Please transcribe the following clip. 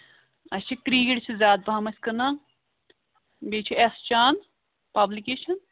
اَسہِ چھِ کرٛیٖڈ چھِ زیادٕ پَہم أسۍ کٕنان بیٚیہِ چھُ اٮ۪س چان پَبلِکیشن